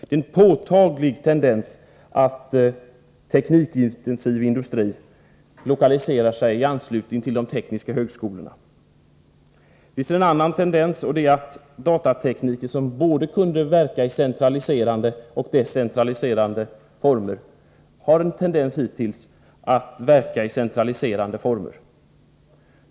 Det är en påtaglig tendens att teknikintensiv industri lokaliserar sig i anslutning till de tekniska högskolorna. Vi ser en annan tendens. Datatekniken, som kunde verka i både centraliserande och decentraliserande former, har hittills haft en tendens att verka i centraliserande former.